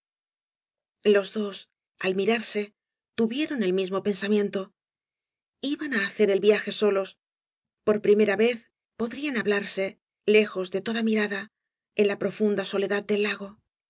los dos al mirarse tuvieron el mismo pensamiento iban á hacer el viaje solos por primera vez podrían hablarse lejos de toda mirada en la profunda soledad del lago